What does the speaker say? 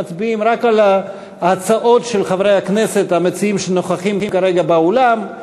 מצביעים רק על ההצעות של חברי הכנסת המציעים שנוכחים כרגע באולם.